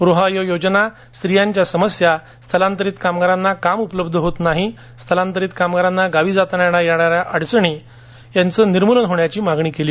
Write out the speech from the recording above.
रोहयो योजना स्त्रियांच्या समस्या स्थलांतरीत कामगारांना कामे उपलब्ध होत नाहीत स्थलांतरीत कामगारांना गावी जाताना येणाऱ्या समस्यांचे निर्मूलन होण्याची मागणी केली